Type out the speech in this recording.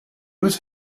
was